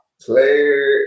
player